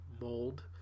mold